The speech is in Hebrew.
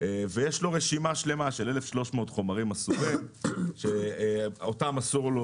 ויש לו רשימה שלמה של 1,300 חומרים אסורים שאותם אסור לו